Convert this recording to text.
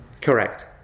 Correct